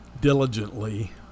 diligently